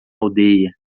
aldeia